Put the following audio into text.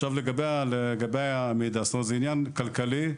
זה עניין כלכלי,